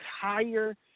higher